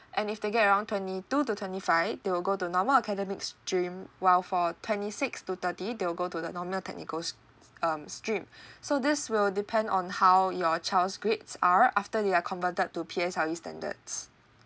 and if they get around twenty two to twenty five they will go to normal academic stream while for twenty six to thirty they will go to the normal technical s~ um stream so this will depend on how your child's grades are after they're converted to P_L_S_E standards